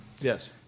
Yes